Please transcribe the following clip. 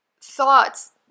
thoughts